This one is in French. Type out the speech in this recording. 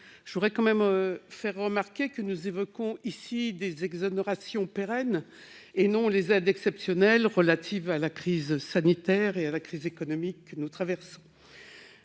La parole est à Mme Raymonde Poncet Monge. Nous évoquons ici des exonérations pérennes et non des aides exceptionnelles relatives à la crise sanitaire et à la crise économique que nous traversons.